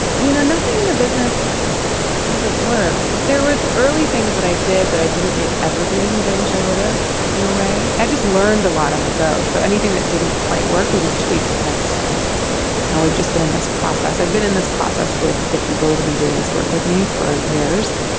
you know nothing in the business hasn't worked there was early things that i did that i didn't make evergreen that i wish i would have in a way. i just learned a lot on the go. so anything that didn't quite work we just tweaked the next time. now and we've just been in this process i've been in this process with the people that have been doing this work with me for years.